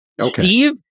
Steve